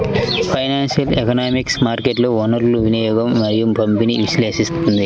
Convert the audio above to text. financial economics మార్కెట్లలో వనరుల వినియోగం మరియు పంపిణీని విశ్లేషిస్తుంది